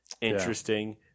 Interesting